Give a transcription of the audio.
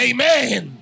Amen